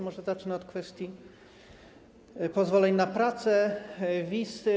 Może zacznę od kwestii pozwoleń na pracę, wiz.